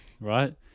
right